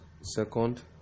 second